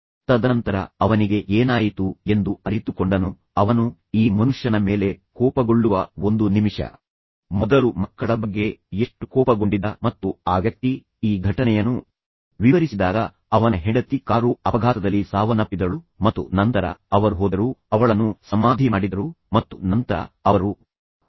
ತದನಂತರ ಅವನಿಗೆ ಏನಾಯಿತು ಎಂದು ಅರಿತುಕೊಂಡನು ಅವನು ಈ ಮನುಷ್ಯನ ಮೇಲೆ ಕೋಪಗೊಳ್ಳುವ ಒಂದು ನಿಮಿಷ ಮೊದಲು ಮಕ್ಕಳ ಬಗ್ಗೆ ಎಷ್ಟು ಕೋಪಗೊಂಡಿದ್ದ ಮತ್ತು ಆ ವ್ಯಕ್ತಿ ಈ ಘಟನೆಯನ್ನು ವಿವರಿಸಿದಾಗ ಅವನ ಹೆಂಡತಿ ಕಾರು ಅಪಘಾತದಲ್ಲಿ ಸಾವನ್ನಪ್ಪಿದಳು ಮತ್ತು ನಂತರ ಅವರು ಹೋದರು ಅವಳನ್ನು ಸಮಾಧಿ ಮಾಡಿದರು ಮತ್ತು ನಂತರ ಅವರು ಹಿಂತಿರುಗುತ್ತಿದ್ದಾರೆ ಮತ್ತು ಅವಳು ತುಂಬಾ ಚಿಕ್ಕವಳು ತುಂಬಾ ಕಾಳಜಿಯುಳ್ಳವಳು ಮತ್ತು ನಂತರ ಅವರು ಆಕೆಯನ್ನು ತುಂಬಾ ಮಿಸ್ ಮಾಡಿಕೊಳ್ಳುತ್ತಿದ್ದಾರೆ